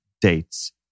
dates